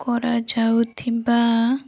କରାଯାଉଥିବା